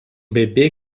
bebê